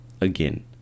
again